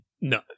No